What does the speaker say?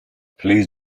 please